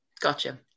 gotcha